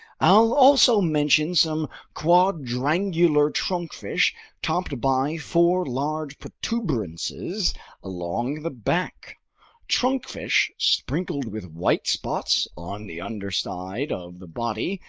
i'll also mention some quadrangular trunkfish topped by four large protuberances along the back trunkfish sprinkled with white spots on the underside of the body,